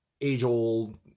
age-old